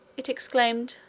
it exclaimed,